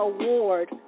award